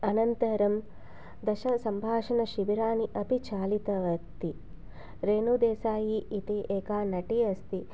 अनन्तरं दश सम्भाषणशिबिराणि अपि चालितवती रेणुदेसै इति एका नटी अस्ति